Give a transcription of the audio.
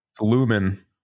Lumen